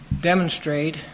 demonstrate